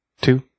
Two